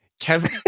Kevin